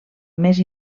més